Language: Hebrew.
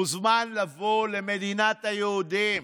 מוזמן לבוא למדינת היהודים,